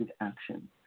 action